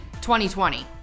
2020